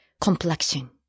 complexion